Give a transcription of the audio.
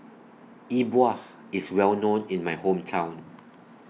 E Bua IS Well known in My Hometown